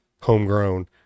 homegrown